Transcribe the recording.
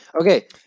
okay